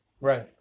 Right